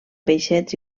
peixets